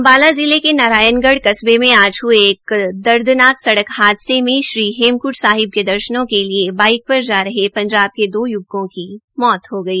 अम्बाला जिले के नारायणगढ़ कस्बे में आज हये एक दर्दनाक सड़क हादसे में श्री हेमकंड साहिब के दर्शनों के लिये बाईक पर जा रहे पंजाब दो य्वकों की मौत हो गई